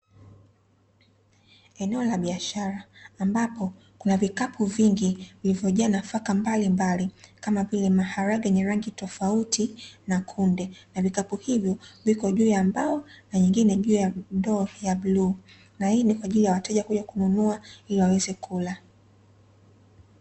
Eneo la biashara ambapo kuna vikapu vingi vilivyojaa nafaka mbalimbali kama vile maharage yenye rangi tofauti na kunde, na vikapu hivyo viko juu ya mbao na vingine juu ya ndoo ya bluu na hii ni kwa ajili ya wateja kununua iliwaweze kula.